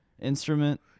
instrument